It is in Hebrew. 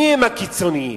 מיהם הקיצונים?